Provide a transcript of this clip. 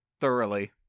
thoroughly